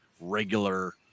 regular